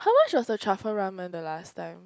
how much was the truffle ramen the last time